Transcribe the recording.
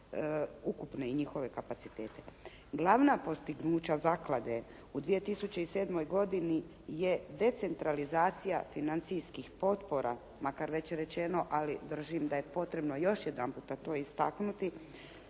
ukupne njihove kapacitete. Glavna postignuća zaklade u 2007. godini je decentralizacija financijskih potpora, makar je već rečeno ali držim da je potrebno još jedanputa to istaknuti.